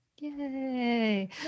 Yay